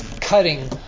cutting